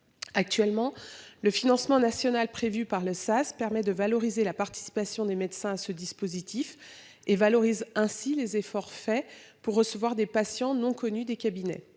Actuellement, le financement national prévu par le sas permet de valoriser la participation des médecins ce dispositif et valorise ainsi les efforts faits pour recevoir des patients n'ont connu des cabinets.